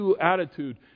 attitude